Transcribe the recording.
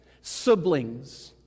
siblings